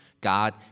God